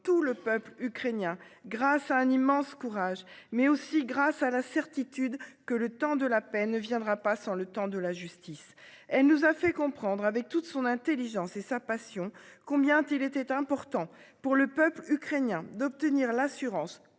tout le peuple ukrainien grâce à un immense courage mais aussi grâce à la certitude que le temps de la paix ne viendra pas sans le temps de la justice. Elle nous a fait comprendre avec toute son Intelligence et sa passion combien il était important pour le peuple ukrainien d'obtenir l'assurance